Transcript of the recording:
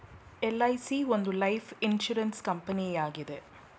LIC ಒಂದು life insurance ಕಂಪನಿಯಾಗಿದೆ